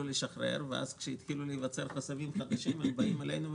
לשחרר ואז כשהתחילו להיווצר חסמים חדשים הם באים אלינו,